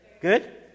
Good